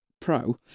Pro